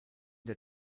der